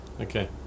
Okay